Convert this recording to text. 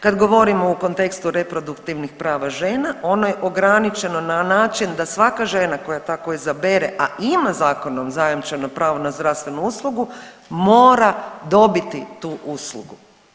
Kad govorimo u kontekstu reproduktivnih prava žena, ono je ograničeno na način da svaka žena koja tako izabere, a ima zakonom zajamčeno pravo na zdravstvenu uslugu, mora dobiti tu uslugu.